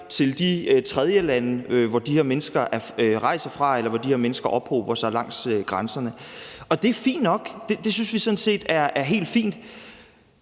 til de tredjelande, som de her mennesker rejser fra, eller hvor de her mennesker ophober sig langs grænserne. Og det er fint nok; det synes vi sådan set er helt fint.